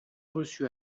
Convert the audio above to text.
reçus